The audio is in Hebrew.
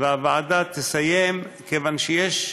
והוועדה תסיים כיוון שיש,